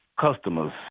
customers